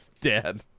dead